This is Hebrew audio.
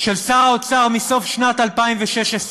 של שר האוצר מסוף שנת 2016,